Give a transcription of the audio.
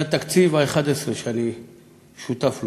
וזה התקציב ה-11 שאני שותף לו: